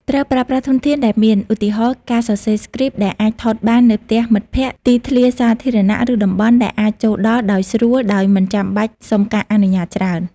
ត្រូវប្រើប្រាស់ធនធានដែលមាន ឧទាហរណ៍ ការសរសេរស្គ្រីបដែលអាចថតបាននៅផ្ទះមិត្តភក្តិ ទីធ្លាសាធារណៈ ឬតំបន់ដែលអាចចូលដល់ដោយស្រួលដោយមិនចាំបាច់សុំការអនុញ្ញាតច្រើន។